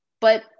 but-